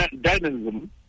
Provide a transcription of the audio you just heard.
dynamism